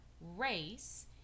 race